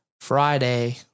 Friday